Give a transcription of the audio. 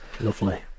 Lovely